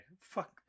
Fuck